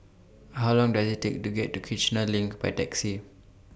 How Long Does IT Take to get to Kiichener LINK By Taxi